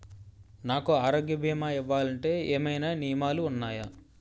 నాకు ఆరోగ్య భీమా ఇవ్వాలంటే ఏమైనా నియమాలు వున్నాయా?